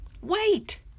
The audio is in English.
Wait